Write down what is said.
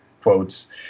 quotes